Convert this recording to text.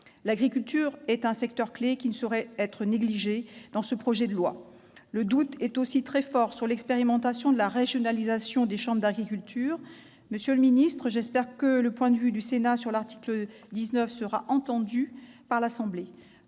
L'agriculture est un secteur clé qui ne saurait être négligé dans ce projet de loi. Le doute est aussi très fort sur l'expérimentation de la régionalisation des chambres d'agriculture. Monsieur le secrétaire d'État, j'espère que le point de vue du Sénat sur l'article 19 sera entendu par l'Assemblée